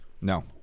No